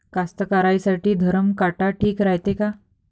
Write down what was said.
कास्तकाराइसाठी धरम काटा ठीक रायते का?